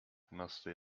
musty